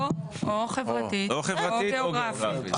או חברתית או גיאוגרפית.